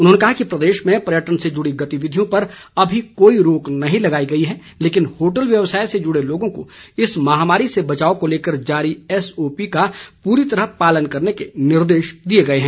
उन्होंने कहा कि प्रदेश में पर्यटन से जुड़ी गतिविधियों पर अभी कोई रोक नहीं लगाई गई है लेकिन होटल व्यवसाय से जुड़े लोगों को इस महामारी से बचाव को लेकर जारी एसओपी का पूरी तरह पालन करने के निर्देश दिए गए हैं